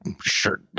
sure